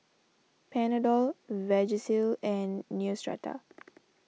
Panadol Vagisil and Neostrata